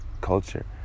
culture